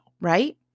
right